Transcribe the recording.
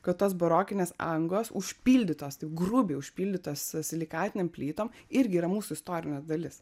kad tos barokinės angos užpildytos taip grubiai užpildytos silikatinėm plytom irgi yra mūsų istorinė dalis